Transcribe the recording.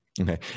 okay